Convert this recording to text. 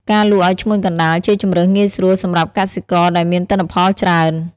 ការលក់ឱ្យឈ្មួញកណ្តាល ជាជម្រើសងាយស្រួលសម្រាប់កសិករដែលមានទិន្នផលច្រើន។